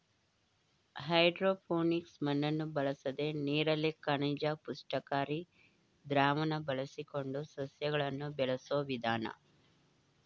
hydroponics ಮಣ್ಣನ್ನು ಬಳಸದೆ ನೀರಲ್ಲಿ ಖನಿಜ ಪುಷ್ಟಿಕಾರಿ ದ್ರಾವಣ ಬಳಸಿಕೊಂಡು ಸಸ್ಯಗಳನ್ನು ಬೆಳೆಸೋ ವಿಧಾನ